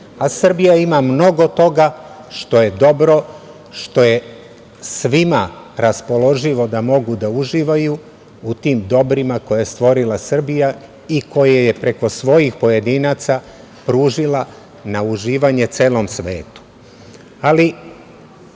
vredi. Srbija ima mnogo toga što je dobro, što je svima raspoloživo da mogu da uživaju u tim dobrima koje je stvorila Srbija i koje je preko svojih pojedinaca pružila na uživanje celom svetu. Ali,